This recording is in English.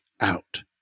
out